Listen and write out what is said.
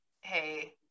hey